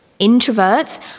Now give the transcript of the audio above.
Introverts